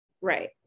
Right